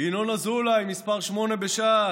ינון אזולאי, מס' 8 בש"ס,